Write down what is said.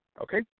Okay